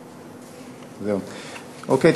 אוקיי.